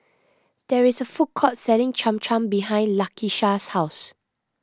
there is a food court selling Cham Cham behind Lakisha's house